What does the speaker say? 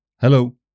Hello